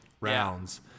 rounds